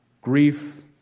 grief